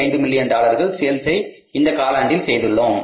5 million டாலர்கள் sales ஐ இந்த காலாண்டில் செய்துள்ளோம்